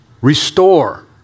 restore